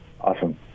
Awesome